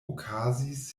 okazis